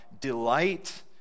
delight